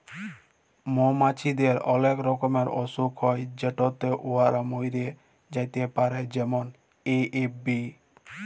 মমাছিদের অলেক রকমের অসুখ হ্যয় যেটতে উয়ারা ম্যইরে যাতে পারে যেমল এ.এফ.বি